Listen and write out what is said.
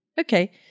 Okay